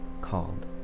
called